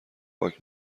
پاک